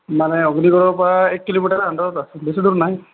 মানে অগ্নিগড়ৰ পৰা এক কিলোমিটাৰ আণ্ডাৰত আছে বেছি দূৰ নাই